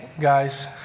guys